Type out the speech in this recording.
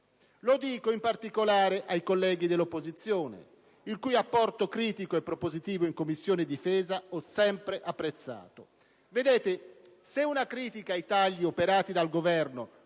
Lo dico in particolare ai colleghi dell'opposizione, il cui apporto critico e propositivo in Commissione difesa ho sempre apprezzato. Vedete, colleghi, se una critica ai tagli operati dal Governo